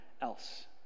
else